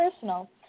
personal